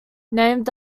named